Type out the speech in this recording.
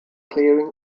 clearing